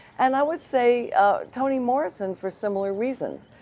and i would say toni morrison for similar reasons.